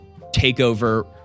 takeover